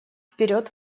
вперед